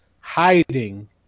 hiding